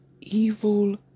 evil